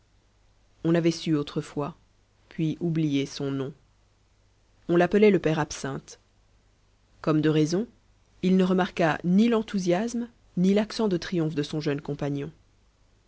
on avait su autrefois puis oublié son nom on l'appelait le père absinthe comme de raison il ne remarqua ni l'enthousiasme ni l'accent de triomphe de son jeune compagnon